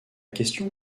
question